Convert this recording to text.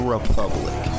Republic